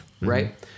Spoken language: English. Right